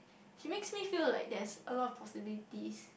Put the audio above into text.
she makes me feel like there's a lot of possibilities